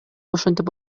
ошентип